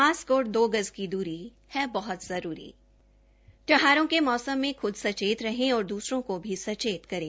mask और दो गज की दूरी है बहूत जरूरी त्यौहारों के मौसम में ख्द सचेत रहे और दूसरों को भी सचेत करें